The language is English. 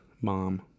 mom